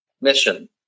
mission